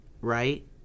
right